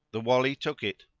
the wali took it,